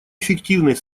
эффективной